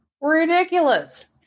ridiculous